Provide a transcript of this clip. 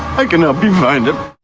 i can help you find him.